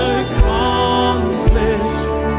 accomplished